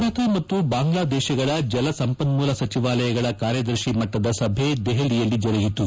ಭಾರತ ಮತ್ತು ಬಾಂಗ್ಲಾದೇಶಗಳ ಜಲ ಸಂಪನ್ನೂಲ ಸಚಿವಾಲಯಗಳ ಕಾರ್ಯದರ್ಶಿ ಮಟ್ಟದ ಸಭೆ ದೆಹಲಿಯಲ್ಲಿ ಜರುಗಿತು